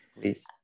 please